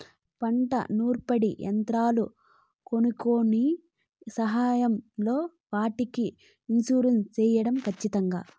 పంట నూర్పిడి యంత్రాలు కొనుక్కొనే సమయం లో వాటికి ఇన్సూరెన్సు సేయడం ఖచ్చితంగా?